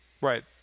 Right